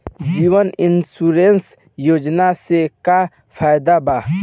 जीवन insurance योजना से का फायदा बा?